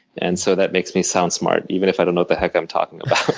and so that makes me sound smart, even if i don't know what the heck i'm talking about.